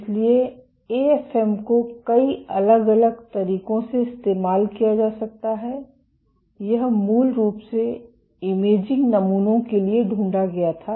इसलिए एएफएम को कई अलग अलग तरीकों से इस्तेमाल किया जा सकता है यह मूल रूप से इमेजिंग नमूनों के लिए ढूंढा गया था